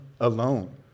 alone